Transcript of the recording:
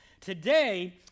Today